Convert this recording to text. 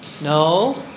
No